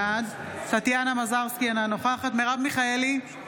בעד טטיאנה מזרסקי, אינה נוכחת מרב מיכאלי,